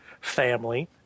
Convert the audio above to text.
family